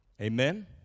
Amen